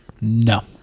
No